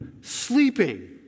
sleeping